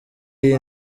iyi